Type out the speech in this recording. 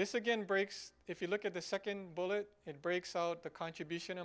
this again breaks if you look at the second bullet it breaks out the contribution